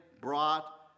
brought